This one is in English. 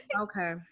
Okay